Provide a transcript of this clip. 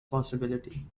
possibility